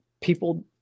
people